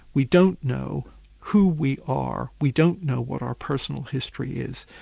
we don't know who we are, we don't know what our personal history is,